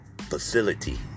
facility